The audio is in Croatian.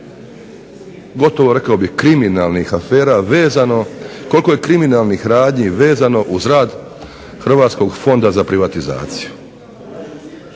gotovo rekao bih kriminalnih afera vezano, koliko je kriminalnih radnji vezano uz rad Hrvatskog fonda za privatizaciju.